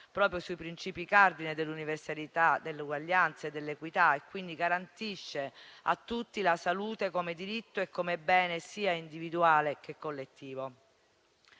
proprio sui principi cardine dell'universalità, dell'uguaglianza e dell'equità, quindi garantisce a tutti la salute come diritto e come bene sia individuale che collettivo.